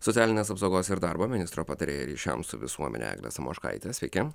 socialinės apsaugos ir darbo ministro patarėja ryšiams su visuomene eglė samoškaitė sveiki